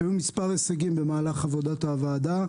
היו מספר הישגים במהלך עבודת הוועדה.